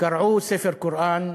קרעו ספר קוראן,